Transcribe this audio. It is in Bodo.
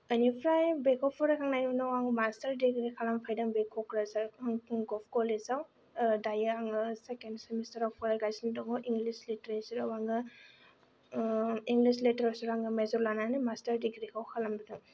इनिफ्राय बेखौ फरायखांनायनि उनाव आङो मास्टार दिग्री खालामखादों बे कक्राझार गभमेन्ट कलेजाव दायो आङो सेकेन्द सेमिस्टाराव फरायगासिनो दङ इंलिस लिटारेचाराव आङो ओ इंलिस लिटारेचाराव मेजर लानानै आङो मास्टार दिग्रीखौ खालामबोदों